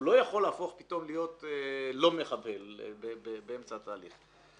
הוא לא יכול להפוך פתאום להיות לא מחבל באמצע התהליך.